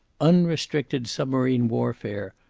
unrestricted submarine warfare!